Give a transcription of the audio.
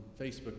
Facebook